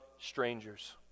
strangers